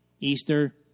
Easter